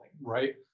right